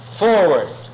forward